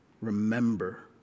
remember